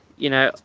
you know,